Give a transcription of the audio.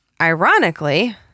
ironically